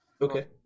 Okay